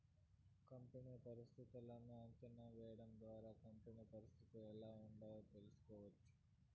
company పరిస్థితులను అంచనా వేయడం ద్వారా కంపెనీ పరిస్థితి ఎలా ఉందో తెలుసుకోవచ్చు